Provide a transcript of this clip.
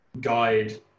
guide